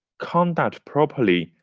conduct properly,